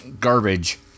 garbage